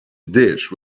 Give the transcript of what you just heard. dish